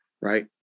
right